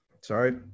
Sorry